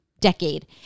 decade